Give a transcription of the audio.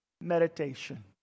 meditation